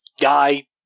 guy